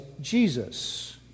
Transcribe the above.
Jesus